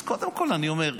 אז קודם כול אני אומר,